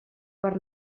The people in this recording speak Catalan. per